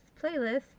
playlist